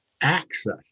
access